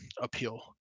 appeal